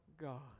God